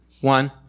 one